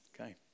Okay